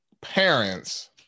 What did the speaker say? parents